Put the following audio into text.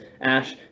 Ash